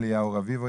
אליהו רביבו,